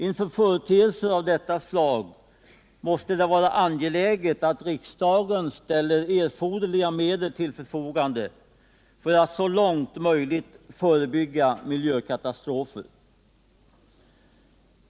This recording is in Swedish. Inför företeelser av detta slag måste det vara angeläget att Onsdagen den riksdagen ställer erforderliga medel till förfogande för att så långt möjligt 5 april 1978 förebygga miljökatastrofer.